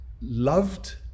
loved